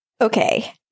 Okay